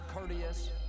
courteous